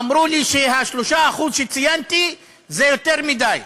אמרו לי שה-3% שציינתי זה יותר מדי.